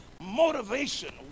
motivation